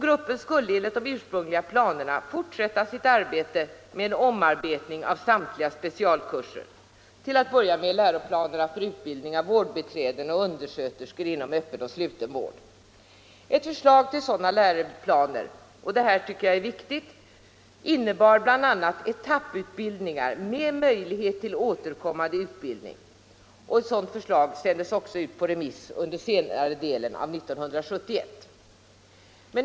Gruppen skulle enligt de ursprungliga planerna fortsätta sitt arbete med omarbetning av samtliga specialkurser, till att börja med läroplanerna för utbildning av vårdbiträden och undersköterskor inom sluten och öppen vård. Ett förslag till sådana läroplaner — detta tycker jag är viktigt — innebar bl.a. etapputbildning med möjlighet till återkommande utbildning. Det förslaget sändes också ut på remiss under senare delen av 1971.